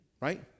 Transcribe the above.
right